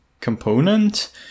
component